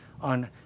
on